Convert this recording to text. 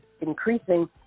increasing